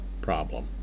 problem